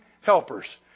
helpers